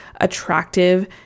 attractive